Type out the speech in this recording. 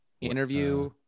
Interview